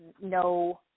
no